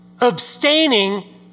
abstaining